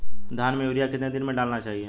धान में यूरिया कितने दिन में डालना चाहिए?